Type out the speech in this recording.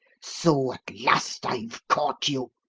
so at last i've caught you!